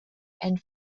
and